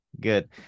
good